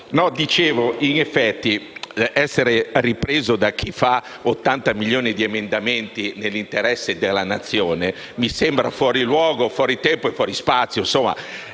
(MpA))*. In effetti, essere ripreso da chi presenta 80 milioni di emendamenti nell'interesse della nazione, mi sembra fuori luogo, fuori tempo e fuori spazio. È da